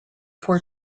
four